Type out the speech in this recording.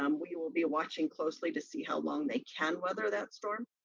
um we will be watching closely to see how long they can weather that storm,